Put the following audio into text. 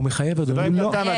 הוא מחייב אדוני.